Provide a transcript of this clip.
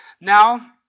Now